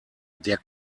der